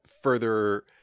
further